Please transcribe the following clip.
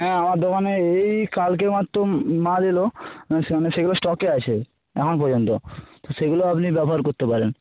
হ্যাঁ আমার দোকানে এই কালকে মাত্র মাল এল মানে সেগুলো স্টকে আছে এখন পর্যন্ত তো সেগুলো আপনি ব্যবহার করতে পারেন